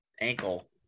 ankle